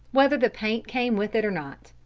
whether the paint came with it or not.